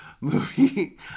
movie